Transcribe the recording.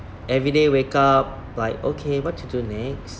everyday wake up like okay what to do next